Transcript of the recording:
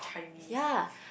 ya